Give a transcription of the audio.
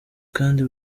kandi